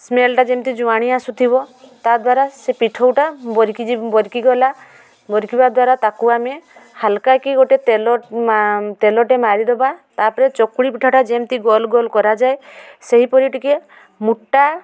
ସ୍ମେଲ୍ଟା ଯେମିତି ଜୁଆଣି ଆସୁ ଥିବ ତାଦ୍ୱାରା ସେ ପିଠଉଟା ବୋରିକି ଗଲା ବୋରିକିବା ଦ୍ୱାରା ତାକୁ ଆମେ ହାଲ୍କା କି ଗୋଟେ ତେଲଟେ ମାରି ଦେବା ତା'ପରେ ଚକୁଳି ପିଠାଟା ଯେମିତି ଗୋଲ ଗୋଲ କରାଯାଏ ସେହିପରି ଟିକେ ମୋଟା